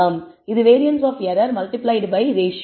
இது variance of error multiply by ratio